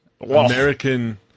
American